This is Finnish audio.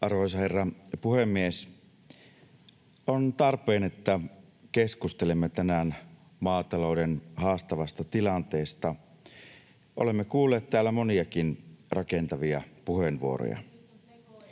Arvoisa herra puhemies! On tarpeen, että keskustelemme tänään maatalouden haastavasta tilanteesta. Olemme kuulleet täällä moniakin rakentavia puheenvuoroja.